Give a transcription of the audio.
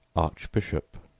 archbishop,